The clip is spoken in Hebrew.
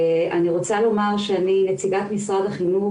אני רוצה לומר שאני נציגת משרד החינוך